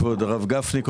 כבוד הרב גפני,